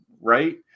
right